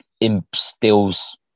instills